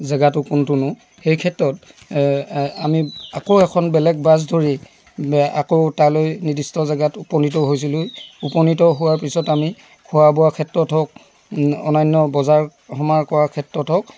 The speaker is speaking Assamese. জেগাটো কোনটোনো সেইক্ষেত্ৰত আমি আকৌ এখন বেলেগ বাছ ধৰি আকৌ তালৈ নিদিষ্ট জেগাত উপনীত হৈছিলোঁ উপনীত হোৱা পিছত আমি খোৱা বোৱা ক্ষেত্ৰত হওক অনান্য বজাৰ সমাৰ কৰা ক্ষেত্ৰত হওক